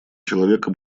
человека